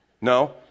No